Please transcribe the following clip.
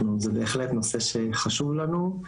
זה בהחלט נושא שחשוב לנו,